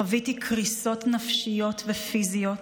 חוויתי קריסות נפשיות ופיזיות,